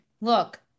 look